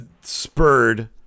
spurred